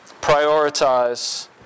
Prioritize